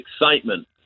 excitement